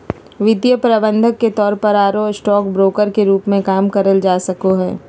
वित्तीय प्रबंधक के तौर पर आरो स्टॉक ब्रोकर के रूप मे काम करल जा सको हई